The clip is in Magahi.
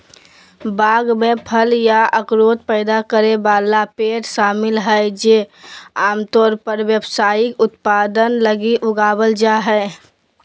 बाग में फल या अखरोट पैदा करे वाला पेड़ शामिल हइ जे आमतौर पर व्यावसायिक उत्पादन लगी उगावल जा हइ